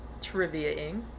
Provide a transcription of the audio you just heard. triviaing